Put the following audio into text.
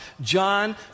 John